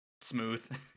smooth